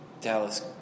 Dallas